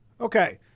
Okay